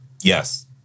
Yes